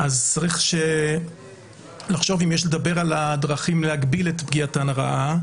אז צריך לחשוב אם יש לדבר על הדרכים להגביל את פגיעתן הרעה,